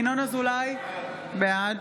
ינון אזולאי, בעד